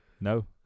No